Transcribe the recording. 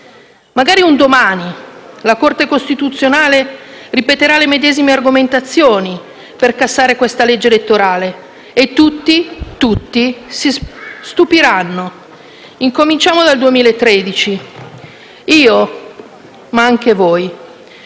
Magari un domani la Corte costituzionale ripeterà le medesime argomentazioni per cassare questa legge elettorale e tutti si stupiranno. Cominciamo dal 2013. Io, ma anche voi,